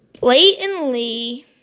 blatantly